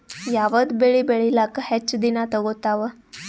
ಯಾವದ ಬೆಳಿ ಬೇಳಿಲಾಕ ಹೆಚ್ಚ ದಿನಾ ತೋಗತ್ತಾವ?